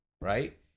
right